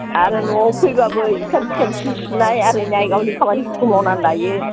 आरो न'आव फैब्लाबो इखान सिखान जि सुनाय आरिनाय गावनि खामानिफोरखौ मावनानै लायो